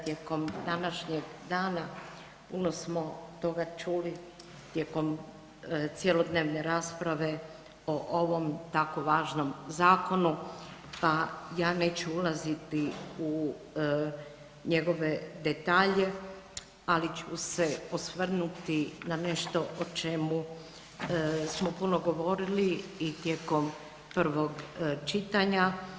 Tijekom današnjeg dana puno smo toga čuli, tijekom cjelodnevne rasprave o ovom tako važnom zakonu pa ja neću ulaziti u njegove detalje, ali ću se osvrnuti na nešto o čemu smo puno govorili i tijekom prvog čitanja.